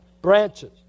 branches